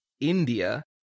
India